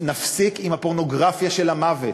נפסיק עם הפורנוגרפיה של המוות.